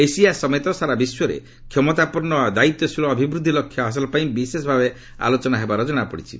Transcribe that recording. Asia ସମେତ ସାରା ବିଶ୍ୱରେ କ୍ଷମତାପନ୍ନ ଓ ଦାୟିତ୍ୱଶୀଳ ଅଭିବୃଦ୍ଧି ଲକ୍ଷ୍ୟ ହାସଲ ପାଇଁ ବିଶେଷ ଭାବେ ଆଲୋଚନା ହେବାର ଜଣାପଡ଼ିଛି